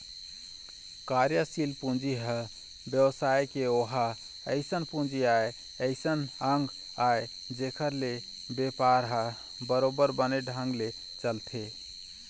कार्यसील पूंजी ह बेवसाय के ओहा अइसन पूंजी आय अइसन अंग आय जेखर ले बेपार ह बरोबर बने ढंग ले चलथे